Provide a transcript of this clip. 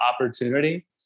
opportunity